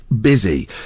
busy